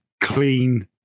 clean